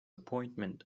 appointment